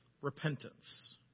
repentance